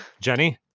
Jenny